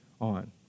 on